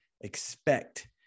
expect